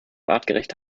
artgerechte